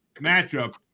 matchup